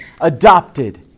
adopted